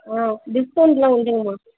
ஆ டிஸ்கவுன்டெலாம் உண்டுங்கமா